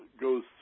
goes